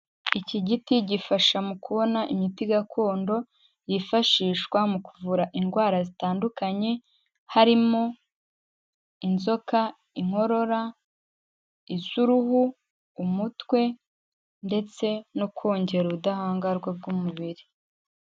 Iki giti gifasha mu kubona imiti gakondo yifashishwa mu kuvura indwara zitandukanye, harimo inzoka, inkorora, iz'uruhu, umutwe ndetse no kongera ubudahangarwa bw'umubiri.